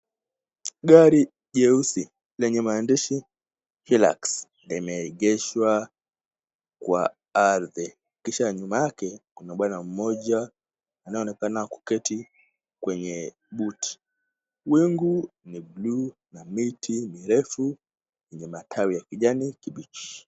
Gari jeusi lenye maandishi Hilux limeegeshwa kwa ardhi, kisha nyuma yake, kuna bwana mmoja anayeonekana kuketi kwenye buti, wingu ni bluu na miti mirefu yenye matawi ya kijani kibichi.